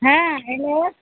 हँ हेलो